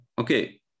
okay